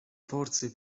forze